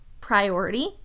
priority